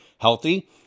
healthy